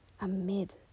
amid